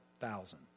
thousand